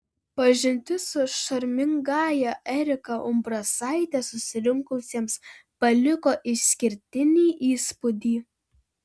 pažintis su šarmingąja erika umbrasaite susirinkusiems paliko išskirtinį įspūdį